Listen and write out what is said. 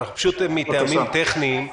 פשוט מטעמים טכניים.